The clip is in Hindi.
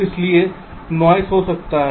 इसलिए नॉइस हो सकता है